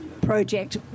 project